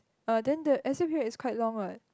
uh then the S_U period is quite long what